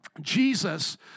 Jesus